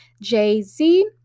Jay-Z